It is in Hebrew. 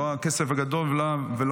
לא הכסף הגדול ולא